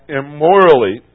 immorally